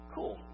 Cool